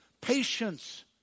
patience